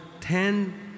ten